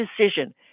decision